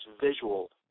visual